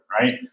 right